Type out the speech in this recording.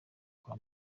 kwa